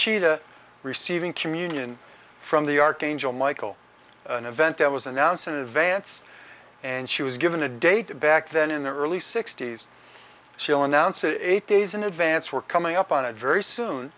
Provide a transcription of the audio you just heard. conchita receiving communion from the archangel michael an event that was announced in advance and she was given a date back then in the early sixty's she'll announce it eight days in advance we're coming up on it very soon